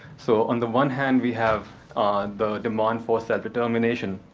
so on the one hand, we have the demand for self-determination.